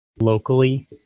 locally